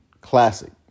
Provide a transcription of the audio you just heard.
classic